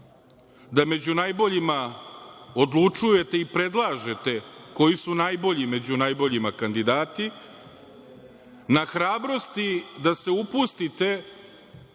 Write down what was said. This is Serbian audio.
da među najboljima odlučujete i predlažete koji su najbolji među najboljim kandidatima, na hrabrosti da se upustite